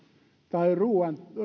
tai ruoka